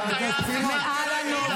לא היה טייס אחד שלא הגיע.